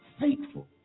faithful